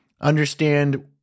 understand